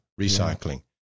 recycling